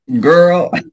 Girl